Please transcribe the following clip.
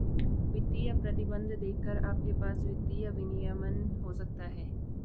वित्तीय प्रतिबंध देखकर आपके पास वित्तीय विनियमन हो सकता है